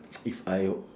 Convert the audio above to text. if I will